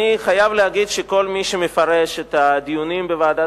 אני חייב להגיד שכל מי שמפרש את הדיונים בוועדת